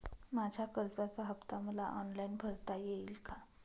माझ्या कर्जाचा हफ्ता मला ऑनलाईन भरता येईल का?